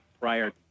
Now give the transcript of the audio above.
Prior